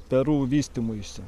perų vystymuisi